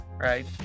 Right